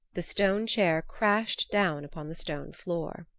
the stone chair crashed down upon the stone floor.